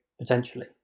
potentially